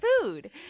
food